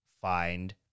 find